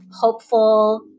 hopeful